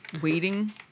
waiting